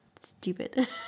stupid